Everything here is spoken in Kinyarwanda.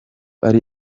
ari